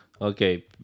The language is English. Okay